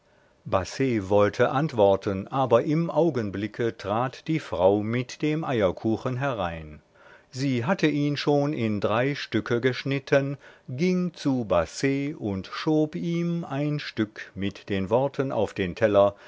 wollte antworten aber im augenblicke trat die frau mit dem eierkuchen herein sie hatte ihn schon in drei stücke geschnitten ging zu basset und schob ihm ein stück mit den worten auf den teller